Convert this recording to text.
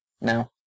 No